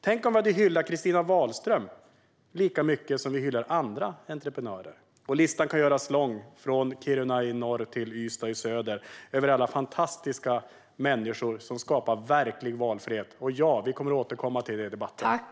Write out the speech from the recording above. Tänk om vi hade hyllat Christina Wahlström lika mycket som vi hyllar andra entreprenörer. Listan kan göras lång, från Kiruna i norr till Ystad i söder, över alla fantastiska människor som skapar verklig valfrihet. Vi kommer att återkomma till detta i debatten.